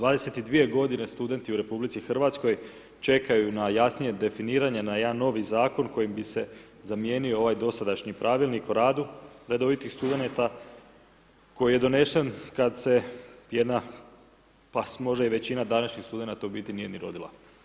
22 godine studenti u RH čekaju na jasnije definiranje, na jedan novi zakon kojim bi se zamijenio ovaj dosadašnji pravilnik o radu, redovitih studenata koji je donesen kada se jedna, pa možda i većina današnjih studenata u biti nije ni rodila.